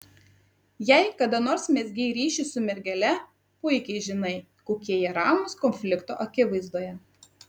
jei kada nors mezgei ryšį su mergele puikiai žinai kokie jie ramūs konflikto akivaizdoje